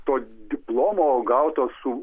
to diplomo gauto su